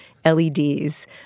LEDs